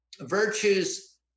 virtues